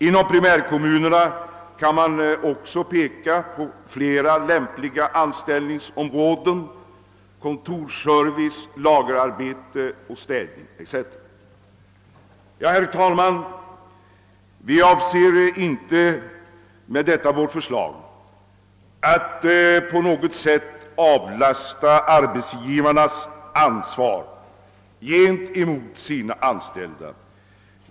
Inom primärkommunerna kan vi också peka på flera lämpliga anställningsområden: kontorsservice, lagerarbete och städning, för att nämna några exempel. Herr talman! Vi avser med vårt förslag inte att på något sätt avlasta ansvaret mot de anställda från arbetsgivarna.